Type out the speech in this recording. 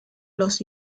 los